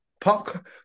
pop